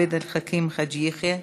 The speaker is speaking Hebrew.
חבר הכנסת עבד אל חכים חאג' יחיא,